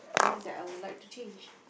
things that I would like to change